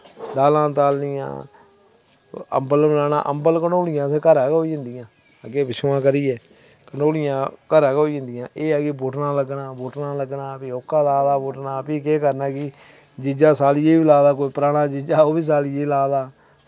दालां तालनियां अम्बल बनाना अम्बल कंडोलियां ते घरा गै होई जंदियां अग्गें पिच्छुआं करियै कंडोलियां घरा गै होई जंदियां एह् ऐ कि बुटना लग्गना बुटना लग्गना फ्ही ओह्का ला दा बुटना फ्ही केह् करना कि जीजा सालिये वी ला दा कोई पराना जीजा ओह् वी सालिये गी ला दा